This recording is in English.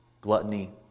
gluttony